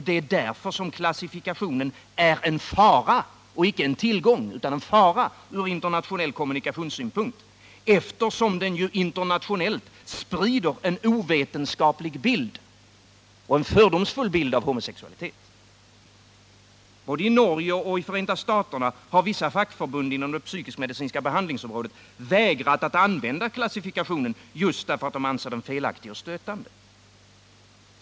Det är därför som klassifikationen från internationell kommunikationssynpunkt är en fara och icke en tillgång, eftersom den internationellt sprider en ovetenskaplig och fördomsfull bild av homosexualitet. Både i Norge och i Förenta staterna har vissa fackförbund inom det psykisk-medicinska behandlingsområdet vägrat att använda klassifikationen, just därför att de anser den felaktig och stötande.